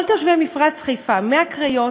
כל תושבי מפרץ חיפה, מהקריות